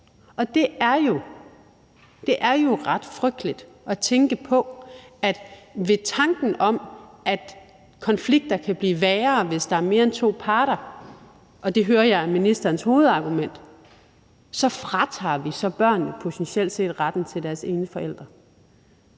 og det er jo ret frygteligt at tænke på. Med tanken om, at konflikter kan blive værre, hvis der er mere end to parter – og det hører jeg er ministerens hovedargument – fratager vi potentielt set børnene retten til deres ene forælder.